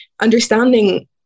understanding